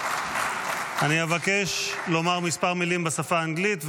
(מחיאות כפיים) אני אבקש לומר כמה מילים בשפה האנגלית,